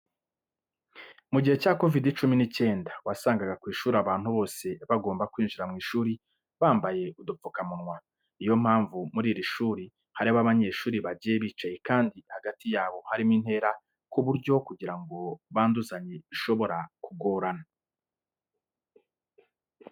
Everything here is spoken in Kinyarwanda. Mu gihe cya Covid cumi n'icyenda wasangaga ku ishuri abantu bose bagomba kwinjira mu ishuri bambaye udupfukamunwa, ni yo mpamvu muri iri shuri harimo abanyeshuri bagiye bicaye kandi hagati yabo harimo intera ku buryo kugira ngo banduzanye bishobora kugorana.